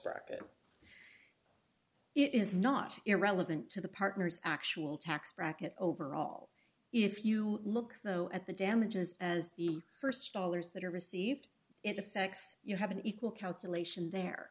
bracket it is not irrelevant to the partner's actual tax bracket overall if you look though at the damages and the st dollars that are received it effects you have an equal calculation there